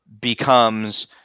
becomes